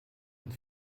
und